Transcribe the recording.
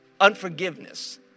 unforgiveness